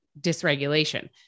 dysregulation